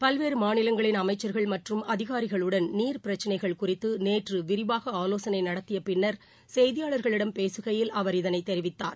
பல்வேறுமாநிலங்களின் அமைச்சர்கள் மற்றும் அதிகாரிகளுடன் நீர் பிரச்சனைகள் குறித்துநேற்றுவிரிவாகஆவோசனைநடத்தியபின்னர் செய்தியாளர்களிடம் பேசுகையில் அவர் இதனைத் தெரிவித்தார்